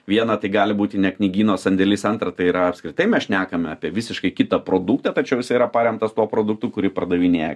viena tai gali būti ne knygyno sandėlys antra tai yra apskritai mes šnekame apie visiškai kitą produktą tačiau jisai yra paremtas tuo produktu kurį pardavinėja